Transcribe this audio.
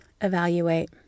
evaluate